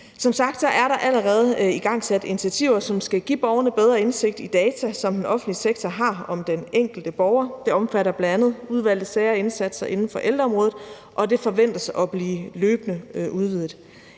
Som sagt er der allerede igangsat initiativer, som skal give borgerne bedre indsigt i data, som den offentlige sektor har, om den enkelte borger. Det omfatter bl.a. udvalgte sager og indsatser inden for ældreområdet, og det forventes at blive løbende udvidet.